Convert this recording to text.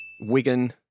Wigan